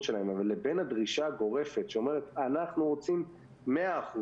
שלהם ובין הדרישה הגורפת שאומרת: אנחנו רוצים 100%,